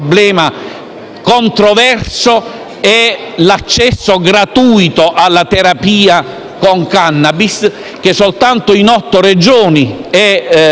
è l'accesso gratuito alla terapia con *cannabis*, che soltanto in otto Regioni è coperto da oneri